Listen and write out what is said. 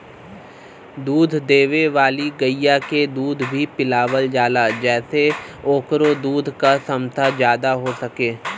दूध देवे वाली गइया के दूध भी पिलावल जाला जेसे ओकरे दूध क छमता जादा हो सके